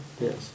Yes